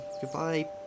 Goodbye